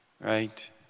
right